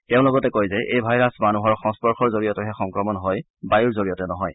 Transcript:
তেওঁ লগতে কয় যে এই ভাইৰাছ মানুহৰ সংস্পৰ্শৰ জৰিয়তেহে সংক্ৰমণ হয় বায়ূৰ জৰিয়তে নহয়